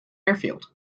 airfield